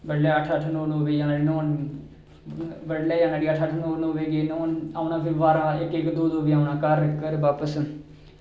बडलै अट्ठ अट्ठ नौ नौ बजे जाना उठी न्हौन बड़लै जाना उठी अट्ठ अट्ठ नौ नौ बजे जाना उठी न्हौन ते औना फिर बारां बजे प्ही औना घर घर बापस